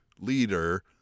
leader